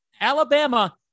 Alabama